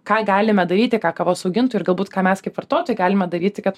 ką galime daryti ką kavos augintojui ir galbūt ką mes kaip vartotojai galime daryti kad